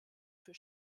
für